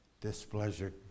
displeasure